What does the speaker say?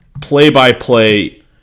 play-by-play